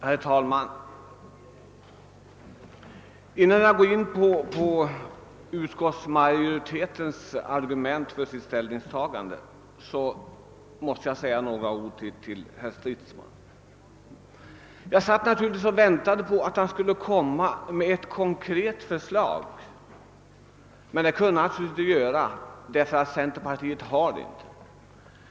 Herr talman! Innan jag går in på utskottsmajoritetens argument för sitt ställningstagande måste jag säga några ord till herr Stridsman. Jag satt naturligtvis och väntade på att han skulle komma med ett konkret förslag, men det kunde han inte göra därför att centerpartiet inte hade något sådant.